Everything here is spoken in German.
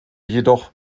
jedoch